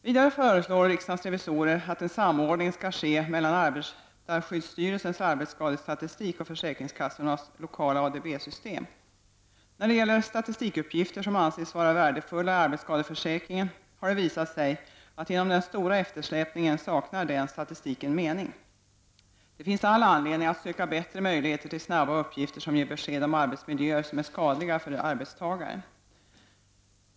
Vidare föreslår riksdagens revisorer att en samordning skall ske mellan arbetarskyddsstyrelsens arbetsskadestatistik och försäkringskassornas lokala ADB-system. När det gäller statistiska uppgifter som anses vara värde fulla i arbetsskadeförsäkringen har det visat sig att genom den stora eftersläpningen saknar den statistiken mening. Det finns all anledning att söka bättre möjligheter till snabba uppgifter som ger besked om arbetsmiljöer som är skadliga för arbetstagaren.